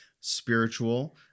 spiritual